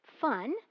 fun